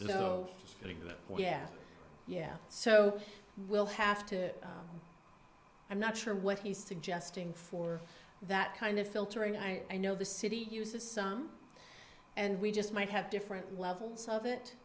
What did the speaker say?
right yeah yeah so we'll have to i'm not sure what he's suggesting for that kind of filtering i know the city uses some and we just might have different levels of it